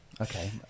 Okay